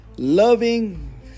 Loving